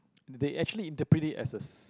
they actually interpret it as a